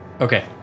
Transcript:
Okay